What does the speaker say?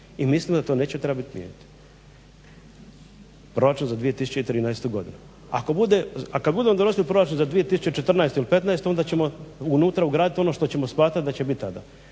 i mislimo da to neće trebati mijenjati. Proračun za 2013.godinu. A kada budemo donosili proračun za 2014. ili 2015.onda ćemo unutra ugraditi ono što ćemo smatrati da će biti tada.